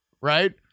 right